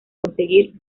conseguir